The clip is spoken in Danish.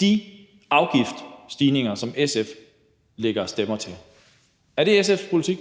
de afgiftsstigninger, som SF lægger stemmer til. Er det SF's politik?